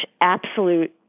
absolute